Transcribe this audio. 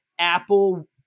apple